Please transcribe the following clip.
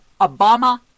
Obama